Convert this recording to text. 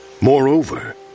Moreover